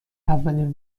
اولین